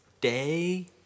Day